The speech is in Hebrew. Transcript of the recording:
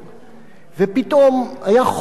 ופתאום היה חור בעננים,